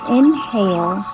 inhale